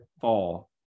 fall